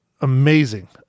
amazing